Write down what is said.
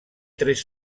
tres